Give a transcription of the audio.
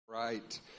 Right